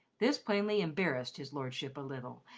this plainly embarrassed his lordship a little,